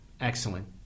Excellent